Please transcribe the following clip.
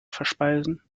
verspeisen